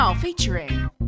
featuring